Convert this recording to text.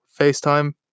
FaceTime